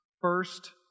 First